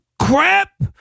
crap